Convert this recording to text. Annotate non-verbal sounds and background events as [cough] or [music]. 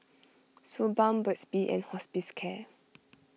Suu Balm Burt's Bee and [unintelligible]